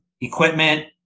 equipment